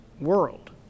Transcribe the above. world